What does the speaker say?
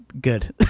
good